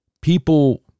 people